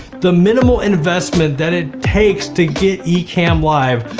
the minimal investment that it takes to get ecamm live,